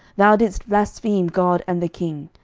thou didst blaspheme god and the king.